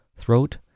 Throat